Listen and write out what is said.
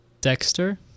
Dexter